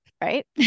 right